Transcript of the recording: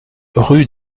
rue